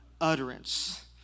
utterance